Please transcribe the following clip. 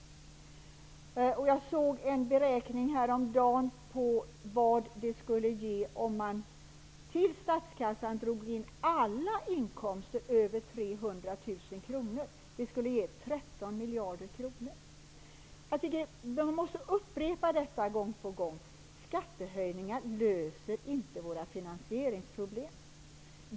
Jag såg häromdagen en beräkning av hur mycket det skulle ge om man till statskassan drog in alla inkomster över 300 000 kr. Det skulle ge 13 miljarder kronor. Man måste upprepa detta gång på gång. Skattehöjningar löser inte våra finansieringsproblem.